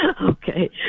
Okay